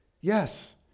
Yes